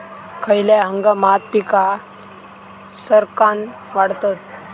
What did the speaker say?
खयल्या हंगामात पीका सरक्कान वाढतत?